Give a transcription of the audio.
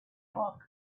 book